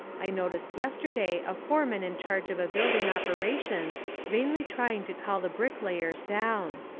i noticed yesterday a foreman in charge of a building operation vainly trying to call the bricklayers down.